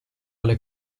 alle